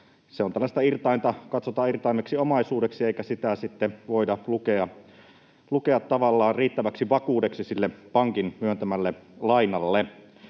porokarjaa. Se katsotaan irtaimeksi omaisuudeksi, eikä sitä sitten voida lukea tavallaan riittäväksi vakuudeksi sille pankin myöntämälle lainalle.